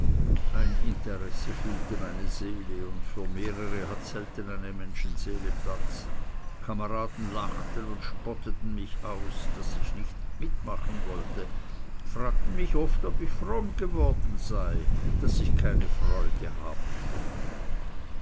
ein interesse füllte meine seele und für mehrere hat selten eine menschenseele platz kameraden lachten und spotteten mich aus daß ich nicht mitmachen wollte fragten mich oft ob ich fromm geworden sei daß ich keine freude haben möge